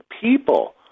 people